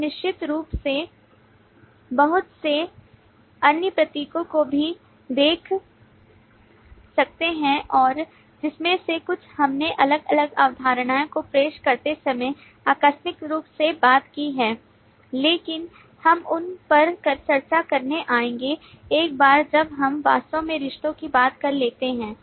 आप निश्चित रूप से बहुत से अन्य प्रतीकों को भी देखते हैं और जिनमें से कुछ हमने अलग अलग अवधारणाओं को पेश करते समय आकस्मिक रूप से बात की है लेकिन हम उन पर चर्चा करने आएंगे एक बार जब हम वास्तव में रिश्तों की बात करते हैं